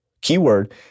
keyword